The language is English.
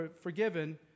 forgiven